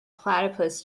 platypus